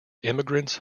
immigrants